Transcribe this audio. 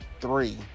three